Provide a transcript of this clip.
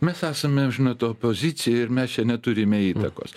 mes esame žinot opozicija ir mes čia neturime įtakos